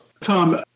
Tom